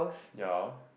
ya